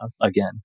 again